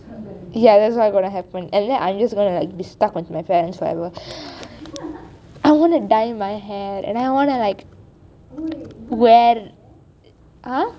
ya that is what going to happen and then I am just going to be stuck with my parents forever I wanna dye my hair and I wanna like wear !huh!